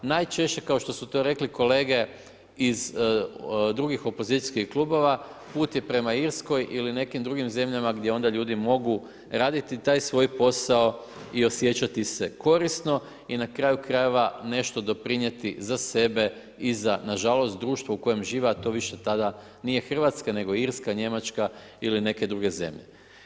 Najčešće kao što su to rekli kolege iz drugih opozicijskih klubova, put je prema Irskoj ili nekim drugim zemljama gdje onda ljudi mogu raditi taj svoj posao i osjećati se korisno i na kraju krajeva nešto doprinijeti za sebe i za, nažalost, društva koje žive a to više tada nije Hrvatska, nego Irska, Njemačka ili neke druge zemlje.